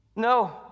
No